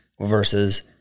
versus